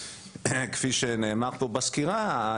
כפי שנאמר פה בסקירה,